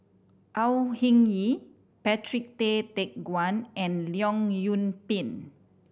Au Hing Yee Patrick Tay Teck Guan and Leong Yoon Pin